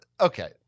okay